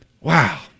Wow